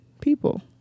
people